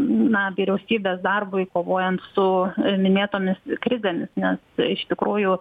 na vyriausybės darbui kovojant su minėtomis krizėmis nes iš tikrųjų